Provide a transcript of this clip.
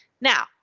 Now